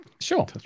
Sure